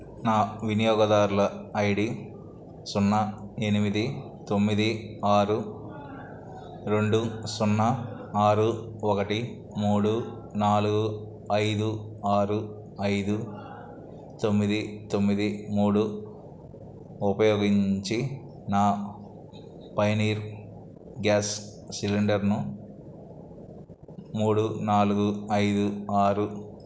నా వినియోగదారుల ఐడి సున్నా ఎనిమిది తొమ్మిది ఆరు రెండు సున్నా ఆరు ఒకటి మూడు నాలుగు ఐదు ఆరు ఐదు తొమ్మిది తొమ్మిది మూడు ఉపయోగీంచి నా పయనీర్ గ్యాస్ సిలిండర్ను మూడు నాలుగు ఐదు ఆరు